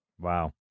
wow